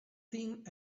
thing